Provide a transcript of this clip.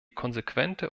konsequente